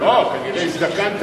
לא, כנראה הזדקנתי.